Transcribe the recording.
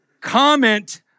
comment